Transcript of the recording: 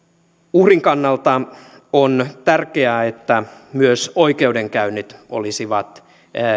uhrin kannalta on tärkeää että myös oikeudenkäynnit olisivat